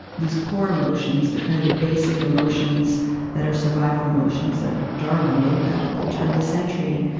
these core emotions, the kind of the basic emotions that are survival emotions that darwin wrote about at the turn of the century,